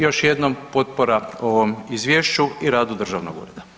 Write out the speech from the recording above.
Još jednom potpora ovom izvješću i radu državnog ureda.